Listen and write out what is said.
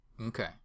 Okay